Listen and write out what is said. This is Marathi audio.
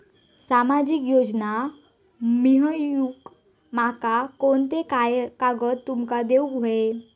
सामाजिक योजना मिलवूक माका कोनते कागद तुमका देऊक व्हये?